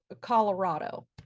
Colorado